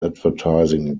advertising